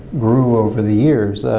grew over the years.